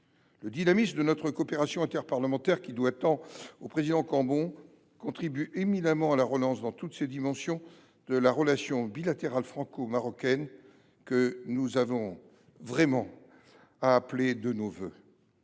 Le dynamisme de notre coopération interparlementaire, qui doit tant au président Cambon, contribue éminemment à la relance, dans toutes ses dimensions, de la relation bilatérale franco marocaine, que nous appelons de nos vœux